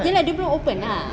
ya lah dia belum open lah